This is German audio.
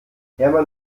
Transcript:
hermann